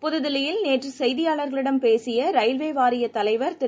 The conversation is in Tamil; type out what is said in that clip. புதுதில்லியில் நேற்றுசெய்தியாளர்களிடம் பேசியரயில்வேவாரியத் தலைவர் திரு